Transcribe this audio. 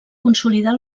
consolidar